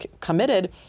committed